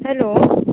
hello